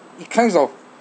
it kinds of